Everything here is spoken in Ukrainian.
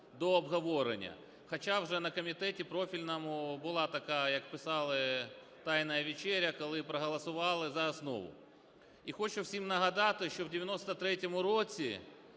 до обговорення, хоча вже на комітеті профільному була така, як писали "тайная вечеря", коли проголосували за основу. І хочу всім нагадати, що в 93-му році,